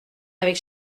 avec